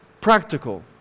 practical